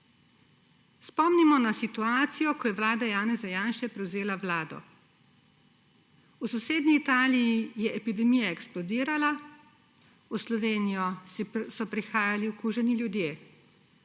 Spomnimo na situacijo, ko je vlada Janeza Janše prevzela Vlado. V sosednji Italiji je epidemija eksplodirala, v Slovenijo so prihajali okuženi ljudje.